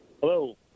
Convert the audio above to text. Hello